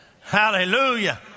Hallelujah